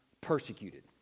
persecuted